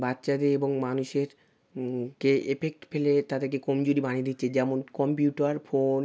বাচ্চাদের এবং মানুষের কে এফেক্ট ফেলে তাদেরকে কমজোর বানিয়ে দিচ্ছে যেমন কম্পিউটার ফোন